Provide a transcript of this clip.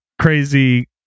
crazy